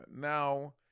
Now